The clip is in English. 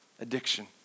addiction